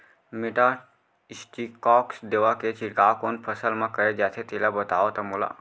Metasystox दवा के छिड़काव कोन फसल म करे जाथे तेला बताओ त मोला?